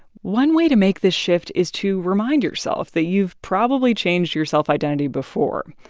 one way to make this shift is to remind yourself that you've probably changed your self-identity before.